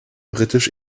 britisch